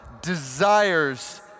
desires